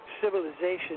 civilization